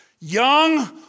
young